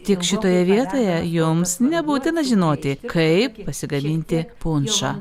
tik šitoje vietoje jums nebūtina žinoti kaip pasigaminti punšą